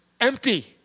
empty